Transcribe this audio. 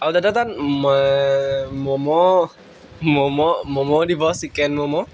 আৰু দাদা তাত ম'ম' ম'ম' ম'ম' দিব চিকেন ম'ম'